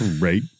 right